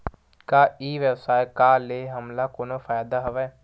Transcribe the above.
का ई व्यवसाय का ले हमला कोनो फ़ायदा हवय?